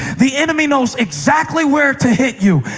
the enemy knows exactly where to hit you.